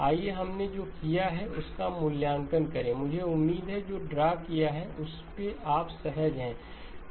आइए हमने जो किया है उसका मूल्यांकन करें मुझे उम्मीद है कि जो ड्रा किया गया है उससे आप सहज हैं